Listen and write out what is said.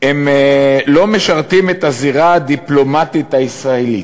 לא משרתים את הזירה הדיפלומטית הישראלית.